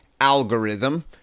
algorithm